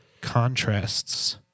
contrasts